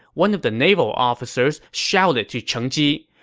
one of the naval officers shouted to cheng ji,